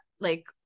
like-